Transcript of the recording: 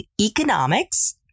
economics